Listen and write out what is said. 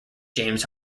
james